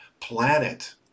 planet